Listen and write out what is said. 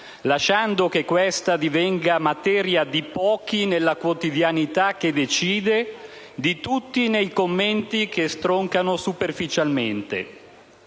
lasciando che questa divenga materia di pochi nella quotidianità che decide, e di tutti nei commenti che stroncano superficialmente.